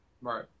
Right